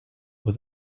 with